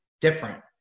different